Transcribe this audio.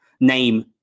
name